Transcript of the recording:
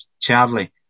Charlie